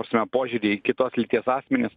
prasme požiūrį į kitos lyties asmenis